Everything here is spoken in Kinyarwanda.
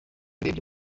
urebye